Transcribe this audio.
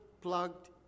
plugged